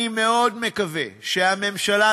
אני מאוד מקווה שהממשלה,